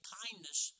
kindness